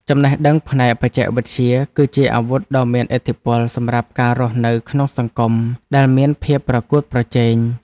ចំណេះដឹងផ្នែកបច្ចេកវិទ្យា គឺជាអាវុធដ៏មានឥទ្ធិពលសម្រាប់ការរស់នៅក្នុងសង្គមដែលមានភាពប្រកួតប្រជែង។